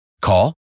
Call